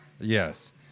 Yes